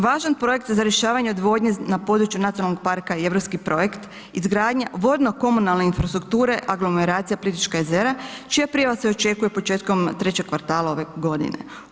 Važan projekt za rješavanje odvodnje na području nacionalnog parka je europski projekt izgradnje vodno komunalne infrastrukture aglomeracije Plitvička jezera čija prijava se očekuje početkom trećeg kvartala ove godine.